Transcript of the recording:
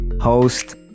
host